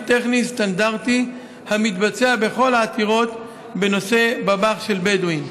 טכני סטנדרטי המתבצע בכל העתירות בנושא בנייה בלתי חוקית של בדואים.